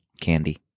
candy